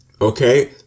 Okay